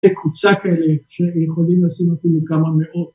‫זה קופסה כאלה שיכולים ‫לשים כמה מאות.